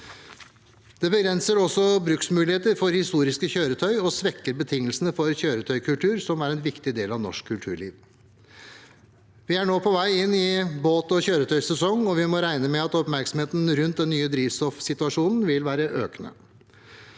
Det begrenser også bruksmulighetene for historiske kjøretøy og svekker betingelsene for en kjøretøykultur som er en viktig del av norsk kulturliv. Vi er nå på vei inn i en båt- og kjøretøysesong, og vi må regne med at oppmerksomheten rundt den nye drivstoffsituasjonen vil være økende.